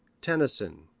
tennyson,